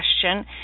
question